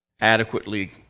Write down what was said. adequately